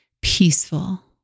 peaceful